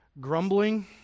Grumbling